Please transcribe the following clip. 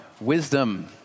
wisdom